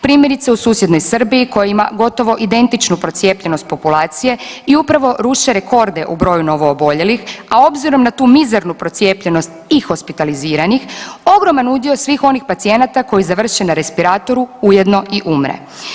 Primjerice u susjednoj Srbiji koja ima gotovo identičnu procijepljenost populacije i upravo ruše rekorde u broju novooboljelih, a obzirom na tu mizernu procijepljenost i hospitaliziranih ogroman udio svih onih pacijenata koji završe na respiratoru ujedno i umre.